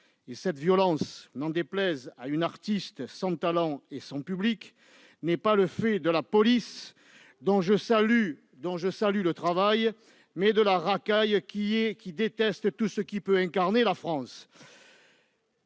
Cette violence, n'en déplaise à une artiste sans talent et sans public, ... Ouh !... n'est pas le fait de la police, dont je salue le travail, mais de la racaille qui y vit et qui déteste tout ce qui peut incarner la France.